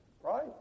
Right